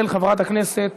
של חברת הכנסת